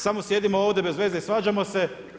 Samo sjedimo ovdje bezveze i svađamo se.